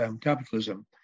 capitalism